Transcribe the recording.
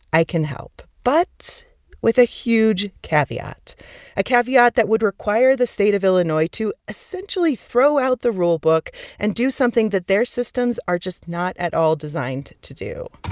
i can help, but with a huge caveat a caveat that would require the state of illinois to essentially throw out the rulebook and do something that their systems are just not at all designed to do